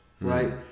right